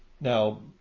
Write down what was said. Now